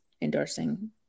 endorsing